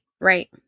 right